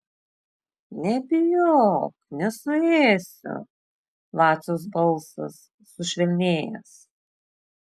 nebijok nesuėsiu vaciaus balsas sušvelnėjęs